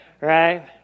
right